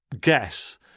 guess